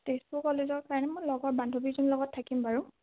তেজপুৰ কলেজৰ কাৰণে মোৰ লগৰ বান্ধৱী এজনীৰ লগত থাকিম বাৰু